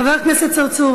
חבר הכנסת צרצור,